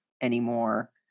anymore